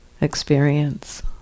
experience